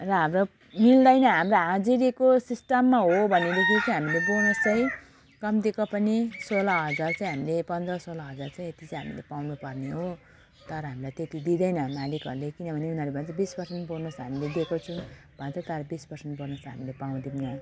र हाम्रो मिल्दैन हाम्रो हाजिरीको सिस्टममा हो भनेदेखि चाहिँ हामीले बोनस चाहिँ कम्तीको पनि सोह्र हजार चाहिँ हामीले पन्ध्र सोह्र हजार चाहिँ यति चाहिँ हामीले पाउनुपर्ने हो तर हामीलाई त्यति दिँदैन मालिकहरूले किनभने उनीहरू भन्छ बिस पर्सेन्ट बोनस हामीले दिएको छौँ भन्छ तर बिस पर्सेन्ट बोनस त हामीले पाउँदैनौँ